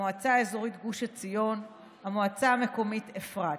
המועצה האזורית גוש עציון, המועצה המקומית אפרת.